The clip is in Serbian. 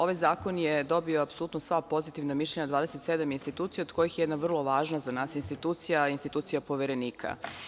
Ovaj zakon je dobio apsolutno sva pozitivna mišljenja od 27 institucija, od kojih je jedna vrlo važna za nas institucija, institucija poverenika.